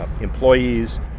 employees